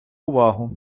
увагу